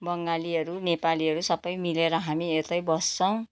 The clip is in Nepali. बङ्गालीहरू नेपालीहरू सबै मिलेर हामी यतै बस्छौँ